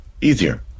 Easier